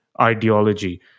ideology